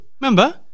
remember